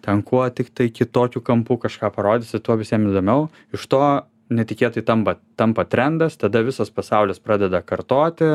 ten kuo tiktai kitokiu kampu kažką parodysi tuo visiem įdomiau iš to netikėtai tampa tampa trendas tada visas pasaulis pradeda kartoti